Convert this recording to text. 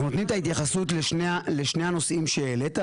אנחנו נותנים את ההתייחסות לשני הנושאים שהעלית.